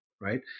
right